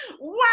Wow